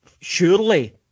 surely